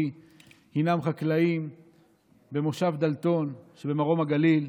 הינם חקלאים במושב דלתון במרום הגליל.